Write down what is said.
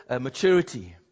maturity